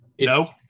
No